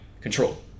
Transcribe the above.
control